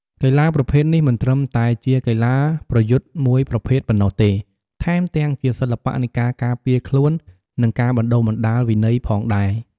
កីឡាប្រភេទនេះមិនត្រឹមតែជាកីឡាប្រយុទ្ធមួយប្រភេទប៉ុណ្ណោះទេ ថែមទាំងជាសិល្បៈនៃការការពារខ្លួន និងការបណ្ដុះបណ្ដាលវិន័យផងដែរ ។